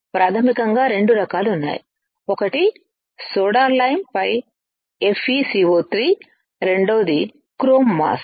ప్రాథమికంగా రెండు రకాలు ఉన్నాయి ఒకటి సోడా లైంపై FecO3 రెండవది క్రోమ్ మాస్క్